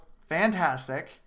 fantastic